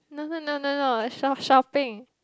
no no no no no shop shopping